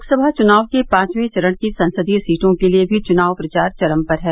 लोकसभा चुनाव के पांचवें चरण की संसदीय सीटों के लिये भी चुनाव प्रचार चरम पर है